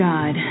God